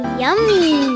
yummy